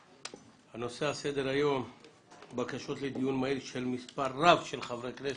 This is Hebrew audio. על סדר היום בקשות לדיון מהיר של מספר רב של חברי כנסת.